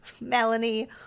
Melanie